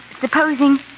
Supposing